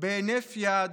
בהינף יד